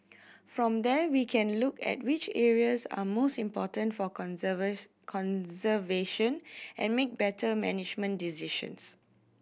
from there we can look at which areas are most important for conservation and make better management decisions